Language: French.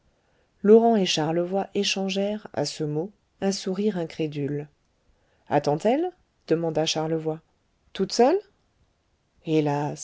laurent et charlevoy échangèrent à ce mot un sourire incrédule attend elle demanda charlevoy laurent ajouta toute seule hélas